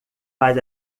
faz